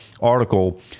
article